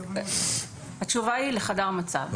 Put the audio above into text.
התשובה היא: לחדר מצב,